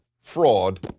fraud